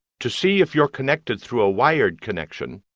to see if you're connected through a wired connection,